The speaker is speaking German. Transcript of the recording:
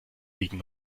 liegen